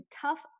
tough